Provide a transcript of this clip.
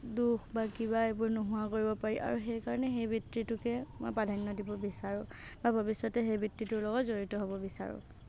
দোষ বা কিবা এইবোৰ নোহোৱা কৰিব পাৰি আৰু সেইকাৰণে সেই বৃত্তিটোকে মই প্ৰাধান্য দিব বিচাৰোঁ আৰু ভৱিষ্যতে সেই বৃত্তিটোৰ লগত জড়িত হ'ব বিচাৰোঁ